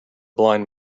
blind